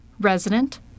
resident